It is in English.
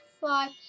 five